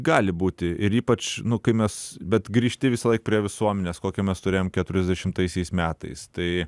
gali būti ir ypač nu kai mes bet grįžti visąlaik prie visuomenės kokią mes turėjom keturiasdešimtaisiais metais tai